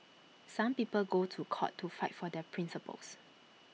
some people go to court to fight for their principles